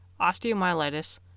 osteomyelitis